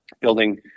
building